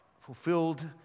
fulfilled